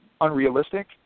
unrealistic